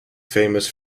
famous